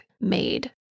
made